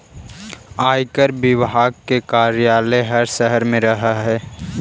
आयकर विभाग के कार्यालय हर शहर में रहऽ हई